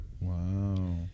Wow